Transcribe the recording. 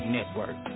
Network